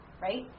right